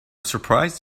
surprised